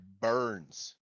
burns